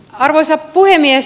arvoisa puhemies